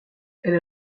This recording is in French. elle